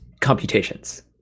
computations